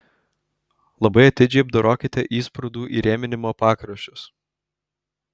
labai atidžiai apdorokite įsprūdų įrėminimo pakraščius